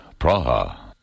Praha